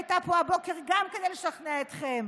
שהייתה פה הבוקר גם כדי לשכנע אתכם,